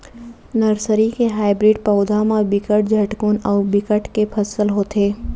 nursery के hybrid पउधा म बिकट झटकुन अउ बिकट के फसल होथे